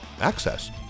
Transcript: access